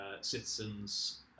citizens